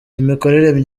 imikorere